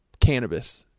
cannabis